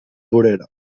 vorera